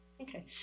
Okay